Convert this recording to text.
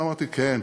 ואמרתי: כן,